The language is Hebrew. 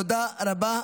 תודה רבה.